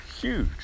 huge